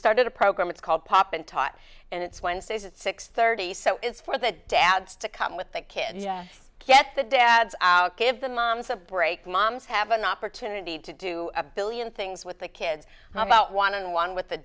started a program it's called pop and taught and it's wednesdays at six thirty so it's for the dad to come with the kids get the dads out give the moms a break mom's have an opportunity to do a billion things with the kids about one in one with the